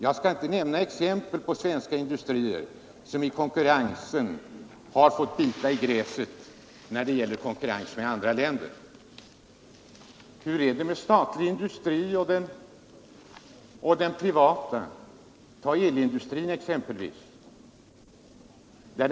Jag skall inte nämna några exempel på svenska industrier som fått bita i gräset i konkurrensen med andra länders industrier. Statliga gåvor har hjälpt föga. Hur är det med den statliga och den privata industrin? Tag t.ex. elindustrin.